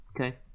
Okay